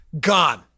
Gone